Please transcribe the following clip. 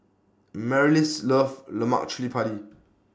Marlys loves Lemak Cili Padi